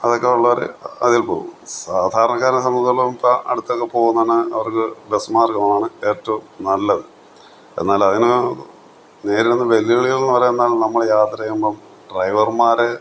അതൊക്കെ ഉള്ളവര് അതേ പോവും സാധാരണക്കാരനെ സംബന്ധിച്ചിടത്തോളം ഇത്ര അടുത്തൊക്കെ പോകുന്നതിന് അവർക്ക് ബസ്മാർഗ്ഗം ആണ് ഏറ്റവും നല്ലത് എന്നാൽ അതിനു നേരിടുന്ന വെല്ലുവിളികൾ എന്ന് പറയുന്നത് നമ്മൾ യാത്ര ചെയ്യുമ്പോള് ഡ്രൈവർമാര്